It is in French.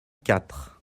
quatre